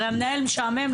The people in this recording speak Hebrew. למנהל משעמם?